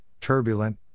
turbulent